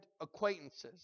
acquaintances